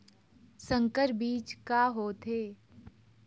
संकर बीज का होथे?